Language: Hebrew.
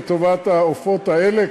לטובת העופות האלה,